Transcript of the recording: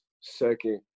second